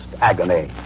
agony